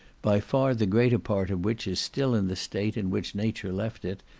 by far the greater part of which is still in the state in which nature left it,